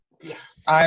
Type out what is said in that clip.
Yes